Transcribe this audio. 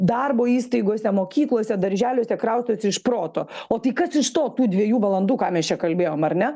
darbo įstaigose mokyklose darželiuose kraustosi iš proto o tai kas iš to tų dviejų valandų ką mes čia kalbėjom ar ne